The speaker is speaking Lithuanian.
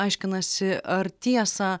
aiškinasi ar tiesą